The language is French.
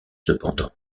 cependant